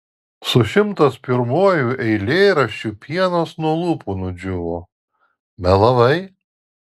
su šimtas pirmuoju eilėraščiu pienas nuo lūpų nudžiūvo melavai